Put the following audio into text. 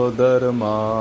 dharma